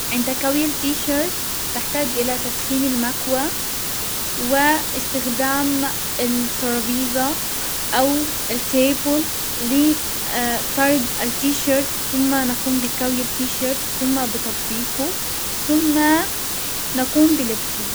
عند كوي التيشيرت بحتاج الى تسخين المكواة واستخدام الترابيزة او التيبول لفرد التيشيرت، سم نقوم بكوي التيشيرت، سم بتطبيقه، سم نقوم بلبسه.